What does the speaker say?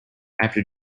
after